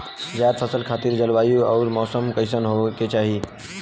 जायद फसल खातिर जलवायु अउर मौसम कइसन होवे के चाही?